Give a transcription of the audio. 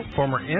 former